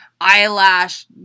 eyelash